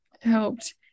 helped